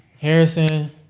Harrison